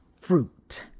fruit